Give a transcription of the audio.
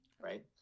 right